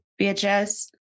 VHS